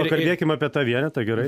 pakalbėkim apie tą vienetą gerai